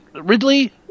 Ridley